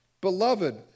Beloved